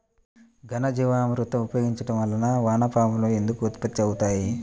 ఘనజీవామృతం ఉపయోగించటం వలన వాన పాములు ఎందుకు ఉత్పత్తి అవుతాయి?